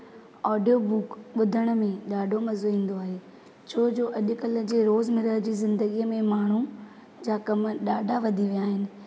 audio book ॿुधण में ॾाढो मज़ो ईंदो आहे छोजो अॼुकल्ह जे रोज़ु मरहि जी ज़िंदगीअ में माण्हुनि जा कम ॾाढा वधी विया आहिनि